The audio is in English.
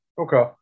okay